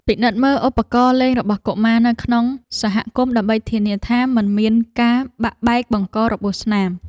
ពិនិត្យមើលឧបករណ៍លេងរបស់កុមារនៅក្នុងសហគមន៍ដើម្បីធានាថាមិនមានការបាក់បែកបង្ករបួសស្នាម។